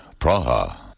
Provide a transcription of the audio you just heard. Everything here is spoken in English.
Praha